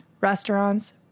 restaurants